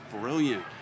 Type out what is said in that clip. brilliant